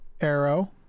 Arrow